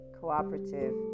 cooperative